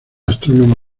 astrónomo